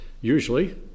usually